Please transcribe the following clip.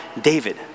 David